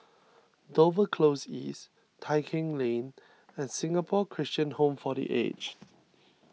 Dover Close East Tai Keng Lane and Singapore Christian Home for the Aged